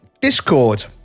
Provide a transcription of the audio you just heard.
Discord